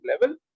level